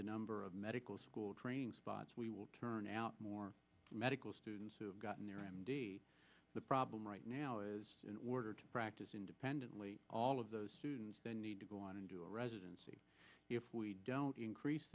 the number of medical school training spots we will turn out more medical students who have gotten there and the problem right now is in order to practice independently all of those students they need to go on to do a residency if we don't increase